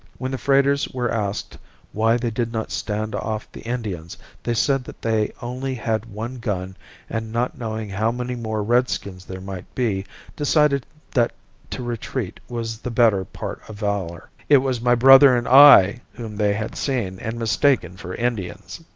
when the freighters were asked why they did not stand off the indians they said that they only had one gun and not knowing how many more redskins there might be decided that to retreat was the better part of valor. it was my brother and i whom they had seen and mistaken for indians.